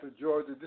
Georgia